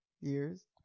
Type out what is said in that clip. years